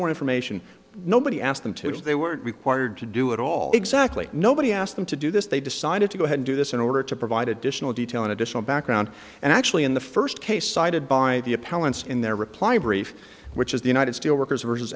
more information nobody asked them to do they were required to do it all exactly nobody asked them to do this they decided to go ahead and do this in order to provide additional detail an additional background and actually in the first case cited by the appellants in their reply brief which is the united steelworkers v